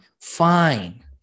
fine